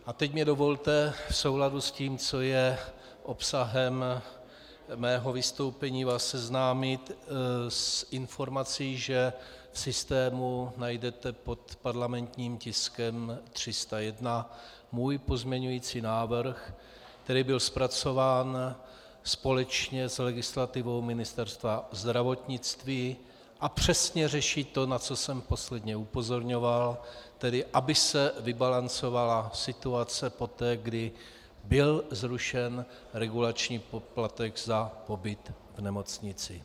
A teď mi dovolte v souladu s tím, co je obsahem mého vystoupení, vás seznámit s informací, že v systému najdete pod parlamentním tiskem 301 můj pozměňující návrh, který byl zpracován společně s legislativou Ministerstva zdravotnictví a přesně řeší to, na co jsem posledně upozorňoval, tedy aby se vybalancovala situace poté, kdy byl zrušen regulační poplatek za pobyt v nemocnici.